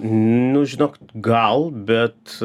nu žinok gal bet